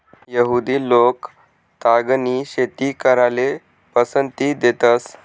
यहुदि लोक तागनी शेती कराले पसंती देतंस